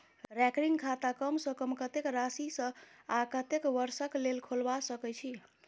recurring खाता कम सँ कम कत्तेक राशि सऽ आ कत्तेक वर्ष कऽ लेल खोलबा सकय छी